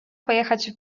pojechać